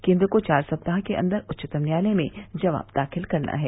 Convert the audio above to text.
केन्द्र को चार सप्ताह के अंदर उच्चतम न्यायालय में जवाब दाखिल करना है